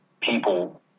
people